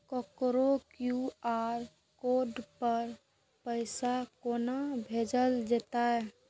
ककरो QR code पर पैसा कोना भेजल जेतै?